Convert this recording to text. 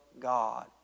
God